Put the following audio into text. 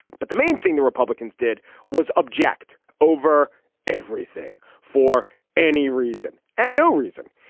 but the main thing the republicans did was object over everything for any reason and no reason.